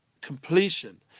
completion